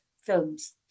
Films